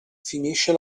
finisce